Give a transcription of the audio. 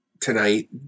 tonight